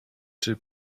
czy